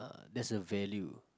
that's a value